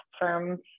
firms